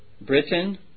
Britain